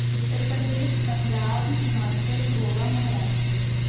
Uttar Pradesh Punjab Himachal Goa Maharashtra